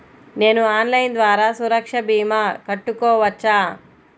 నేను ఆన్లైన్ ద్వారా సురక్ష భీమా కట్టుకోవచ్చా?